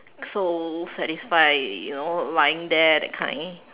so satisfied you know lying there that kind